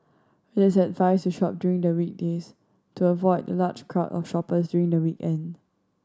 it is advised to shop during the weekdays to avoid the large crowd of shoppers during the weekend